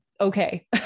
okay